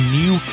new